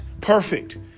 perfect